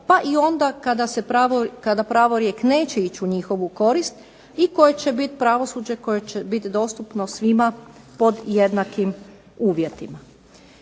pa i onda kada pravorijek neće ići u njihovu korist, i koje će biti pravosuđe koje će biti dostupno svima pod jednakim uvjetima.